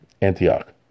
Antioch